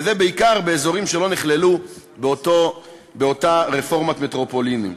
וזה בעיקר באזורים שלא נכללו באותה רפורמת מטרופולינים.